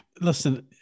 Listen